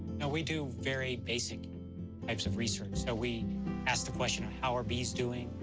now we do very basic types of research, so we ask the questions how are bees doing,